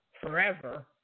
forever